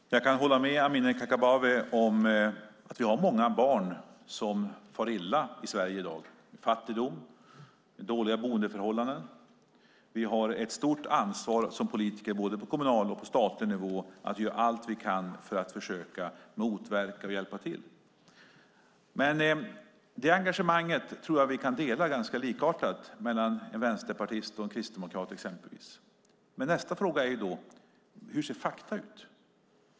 Fru talman! Jag kan hålla med Amineh Kakabaveh om att vi har många barn som far illa i Sverige i dag av fattigdom och av dåliga boendeförhållanden. Vi har ett stort ansvar som politiker, både på kommunal och statlig nivå, att göra allt vi kan för att försöka motverka detta och hjälpa till. Det engagemanget tror jag är ganska likartat hos en vänsterpartist och en kristdemokrat, exempelvis. Nästa fråga är då: Hur ser fakta ut?